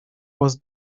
was